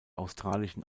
australischen